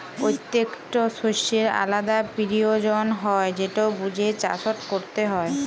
পত্যেকট শস্যের আলদা পিরয়োজন হ্যয় যেট বুঝে চাষট ক্যরতে হয়